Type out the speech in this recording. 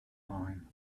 mine